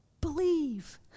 believe